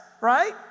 right